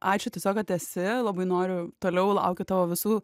ačiū tiesiog kad esi labai noriu toliau laukiu tavo visų